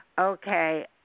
Okay